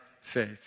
faith